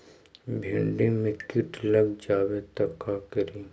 भिन्डी मे किट लग जाबे त का करि?